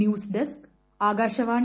news desk Akashvani